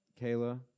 Kayla